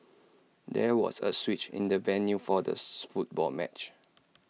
there was A switch in the venue for the football match